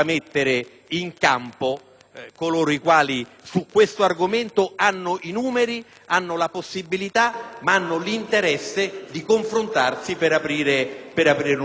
coloro i quali su questo argomento hanno i numeri, la possibilità ma anche l'interesse di confrontarsi per aprire un dialogo concreto.